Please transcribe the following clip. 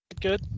good